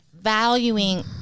valuing